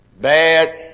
bad